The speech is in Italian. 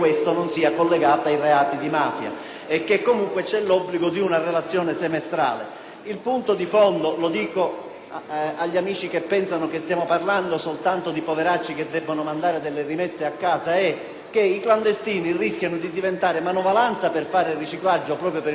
agli amici che pensano che stiamo parlando solo di poveracci che devono spedire le rimesse a casa - è che i clandestini rischiano di diventare manovalanza per effettuare il riciclaggio, proprio per il fatto che sono clandestini e che non devono lasciare il documento. Ricordo anche che non tutti gli immigrati sono persone che mandano